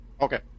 Okay